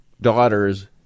daughters